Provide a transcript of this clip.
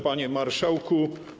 Panie Marszałku!